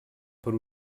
per